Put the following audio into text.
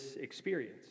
experience